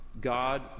God